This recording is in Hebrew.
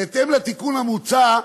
בהתאם לתיקון המוצע,